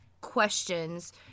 questions